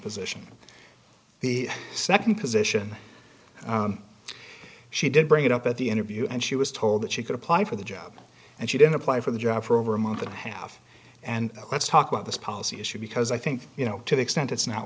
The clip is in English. position the nd position she did bring it up at the interview and she was told that she could apply for the job and she didn't apply for the job for over a month and a half and let's talk about this policy issue because i think you know to the extent it's not